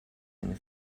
eine